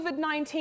COVID-19